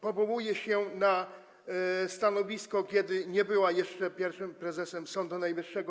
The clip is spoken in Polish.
powołuje się na stanowisko, kiedy nie była jeszcze pierwszym prezesem Sądu Najwyższego.